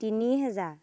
তিনি হেজাৰ